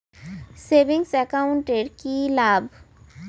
Savings account এর কি লাভ?